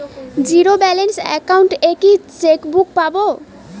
Zero balance account এ কি chequebook পাব?